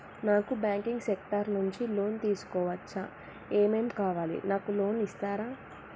నాకు banking sector నుంచి loan తీసుకోవచ్చా? ఏమేం కావాలి? నాకు లోన్ ఇస్తారా?